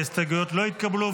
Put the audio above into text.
ההסתייגויות לא התקבלו.